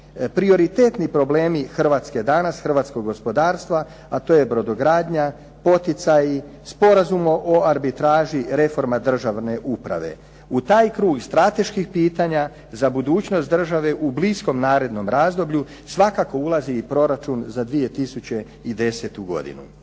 prioritetni problemi Hrvatske danas, hrvatskog gospodarstva, a to je brodogradnja, poticaji, Sporazum o arbitraži, reforma državne uprave. U taj krug strateških pitanja za budućnost države u bliskom narednom razdoblju svakako ulazi i Proračun za 2010. godinu.